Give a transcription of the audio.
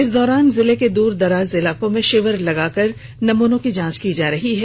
इस दौरान जिले के द्रदराज इलाकों में शिविर लगाकर नमूनों की जांच की जा रही है